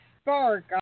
spark